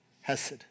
hesed